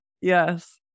Yes